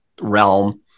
realm